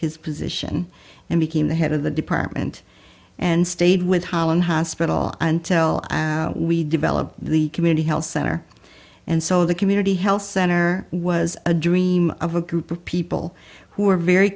his position and became the head of the department and stayed with holland hospital until we develop the community health center and so the community health center was a dream of a group of people who are very